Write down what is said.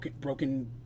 broken